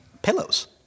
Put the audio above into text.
Pillows